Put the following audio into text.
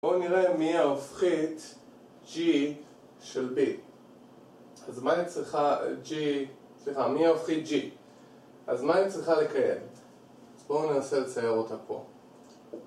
בואו נראה מי ההופכית G של B,אז מה היא צריכה G, סליחה, מי הופכית G אז מה היא צריכה לקיים בואו ננסה לצייר אותה פה